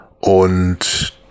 Und